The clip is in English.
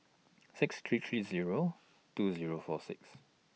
six three three Zero two Zero four six